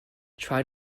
try